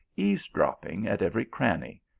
eaves-dropping at every cranny,